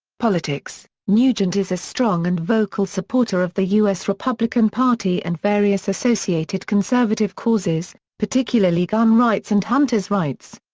politics nugent is a strong and vocal supporter of the u s. republican party and various associated conservative causes, particularly gun rights and hunter's rights.